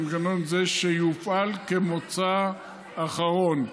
מנגנון זה, שיופעל כמוצא אחרון,